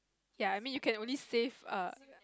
ya I mean you can only save err